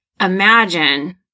Imagine